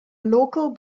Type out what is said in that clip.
local